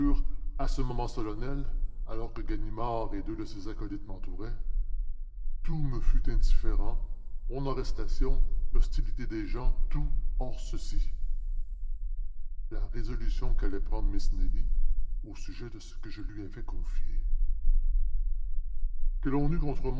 à ce moment solennel alors que ganimard et deux de ses acolytes m'entouraient tout me fut indifférent mon arrestation l'hostilité des gens tout hors ceci la résolution qu'allait prendre miss nelly au sujet de ce que je lui avais confié que l'on eût contre